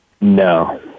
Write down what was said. No